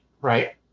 right